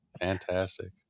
fantastic